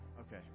Okay